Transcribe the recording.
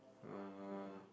uh